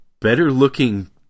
better-looking